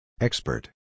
Expert